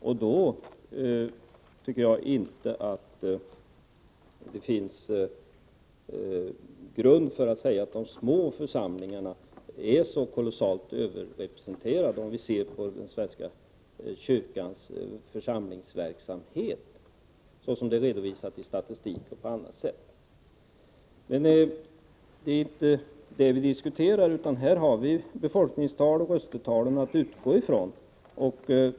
Jag anser inte att det finns någon grund för att säga att de små församlingarna är så kolossalt överrepresenterade, om vi ser på svenska kyrkans församlingsverksamhet såsom den redovisas i statistik och på annat sätt. Det är nu inte det vi diskuterar, utan vi har befolkningstal och röstetal att utgå från.